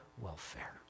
welfare